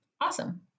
awesome